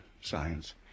science